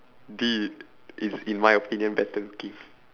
D is my opinion better looking